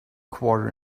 quarter